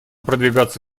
продвигаться